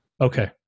Okay